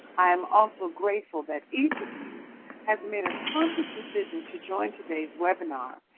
i'm also grateful that each of you has made a conscious decision to join today's webinar,